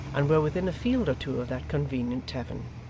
and were within a field or two of that convenient tavern.